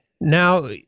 Now